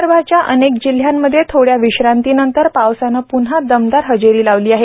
विदर्भाच्या अनेक जिल्ह्यांमध्ये थोड्या विश्रांती नंतर पावसानं पुन्हा दमदार हजेरी लावली आहे